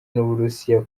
n’uburusiya